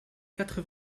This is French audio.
quatre